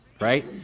Right